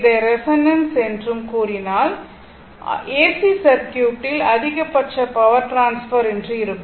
இதை ரெசோனன்ஸ் என்றும் கூறினால் ஏசி சர்க்யூட்டில் அதிகபட்ச பவர் டிரான்ஸ்ஃபர் என்று இருக்கும்